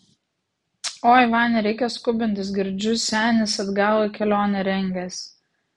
oi vania reikia skubintis girdžiu senis atgal į kelionę rengiasi